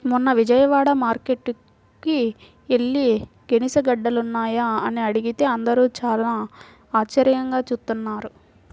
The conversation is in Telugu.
మొన్న విజయవాడ మార్కేట్టుకి యెల్లి గెనిసిగెడ్డలున్నాయా అని అడిగితే అందరూ చానా ఆశ్చర్యంగా జూత్తన్నారు